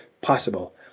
possible